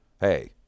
Hey